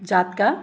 जातका